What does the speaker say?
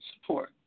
Support